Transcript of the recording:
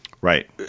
right